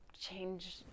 change